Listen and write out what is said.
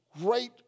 great